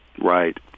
Right